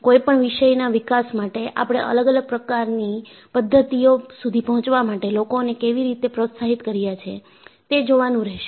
કોઈપણ વિષયના વિકાસ માટે આપણે અલગ અલગ પ્રકારની પદ્ધતિઓ સુધી પહોંચવા માટે લોકોને કેવી રીતે પ્રોત્સાહિત કર્યા છે તે જોવાનું રહેશે